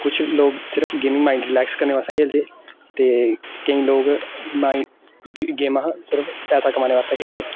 कुछ लोग सिर्फ गेमिंग माइंड रिलैक्स करने बास्तै खेलदे ते केईं लोक माइंड गेमां सिर्फ पैसा कमाने बास्तै खेलदे